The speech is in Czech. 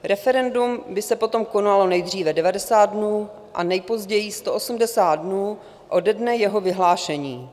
Referendum by se potom konalo nejdříve 90 dnů a nejpozději 180 dnů ode dne jeho vyhlášení.